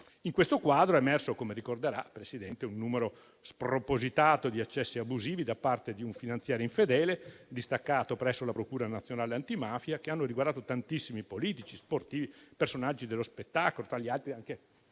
In questo quadro è emerso, come ricorderà, signora Presidente, un numero spropositato di accessi abusivi da parte di un finanziarie infedele distaccato presso la Procura nazionale antimafia, che hanno riguardato tantissimi politici, sportivi, personaggi dello spettacolo (tra gli altri anche